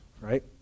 right